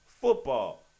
football